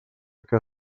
que